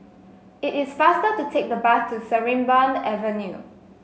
it is faster to take the bus to Sarimbun Avenue